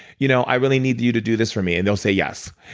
you know i really need you to do this for me. and they'll say yes.